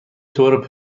طور